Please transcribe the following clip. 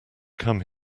come